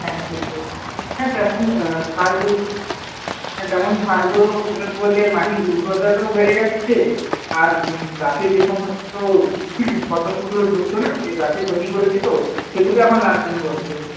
হ্যাঁ সেটাই না তেমন সারগুলো তেমন সারগুলো প্রয়োগ করলে মাটির উর্বরতাটাও বেড়ে যাচ্ছে আর গাছে যে সমস্ত পতঙ্গগুলো ঢুকতো না যে গাছের ক্ষতি করে দিত সেগুলো এখন লাগবে না বলছে